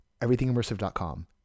everythingimmersive.com